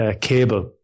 Cable